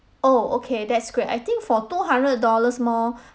oh okay that's great I think for two hundred dollars more